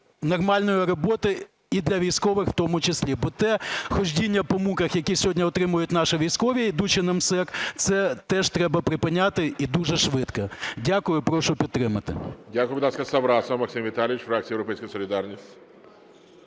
нормальної роботи, і для військових в тому числі. Бо те ходіння по муках, яке сьогодні отримують наші військові, йдучи на МСЕК, це теж треба припиняти, і дуже швидко. Дякую. І прошу підтримати.